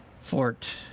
Fort